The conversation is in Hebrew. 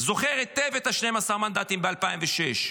זוכר היטב את 12 המנדטים ב-2006,